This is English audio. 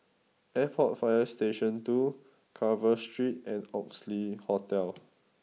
Arport Fire Station Two Carver Street and Oxley Hotel